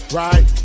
right